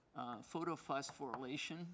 photophosphorylation